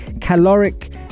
caloric